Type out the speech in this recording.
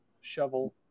shovel